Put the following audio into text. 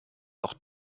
auch